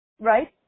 Right